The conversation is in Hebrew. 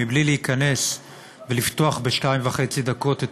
בלי להיכנס ולפתוח בשתי דקות וחצי את